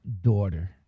daughter